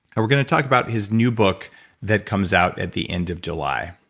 we're going to talk about his new book that comes out at the end of july.